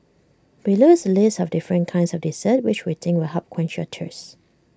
below is A list of different kinds of desserts which we think will help quench your thirst